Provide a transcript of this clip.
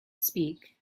speak